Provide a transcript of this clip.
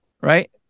right